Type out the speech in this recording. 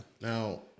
now